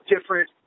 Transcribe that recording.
different